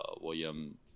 William